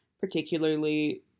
particularly